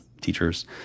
teachers